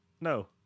No